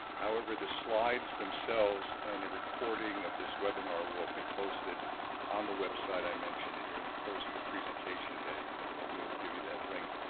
however, the slides themselves and a recording of this webinar will be posted on the website i mentioned and during the course of the presentation today we will give you that link.